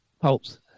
Pulp's